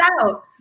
out